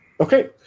Okay